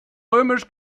römisch